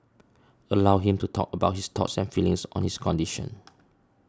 allow him to talk about his thoughts and feelings on his condition